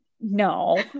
no